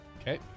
Okay